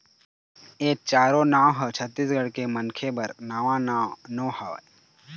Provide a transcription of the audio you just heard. ए चारो नांव ह छत्तीसगढ़ के मनखे बर नवा नांव नो हय